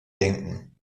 denken